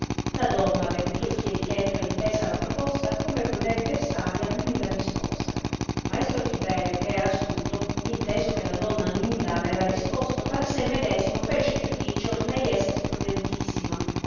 la donna veduto il chierichetto e intesa la proposta come prudente e savia nulla rispose maestro tiberio che era astuto inteso che la donna nulla aveva risposo fra se medesimo fece giudicio lei esser prudentissima